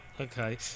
Okay